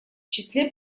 числе